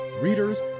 readers